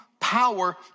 power